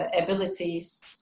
abilities